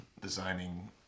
designing